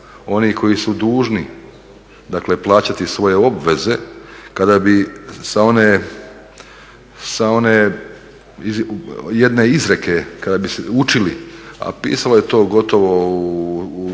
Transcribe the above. onih koji su dužni dakle plaćati svoje obveze, kada bi sa one jedne izreke kad bi učili, a pisalo je to gotovo u